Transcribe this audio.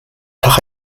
nach